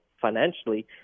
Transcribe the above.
Financially